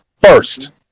first